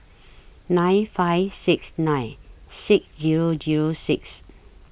nine five six nine six Zero Zero six